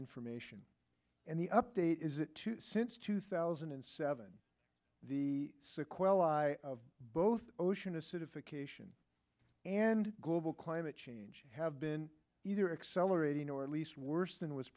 information and the update is it too since two thousand and seven the sequoia lie of both ocean acidification and global climate change have been either accelerating or at least worse than was